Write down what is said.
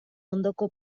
ondoko